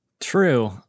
True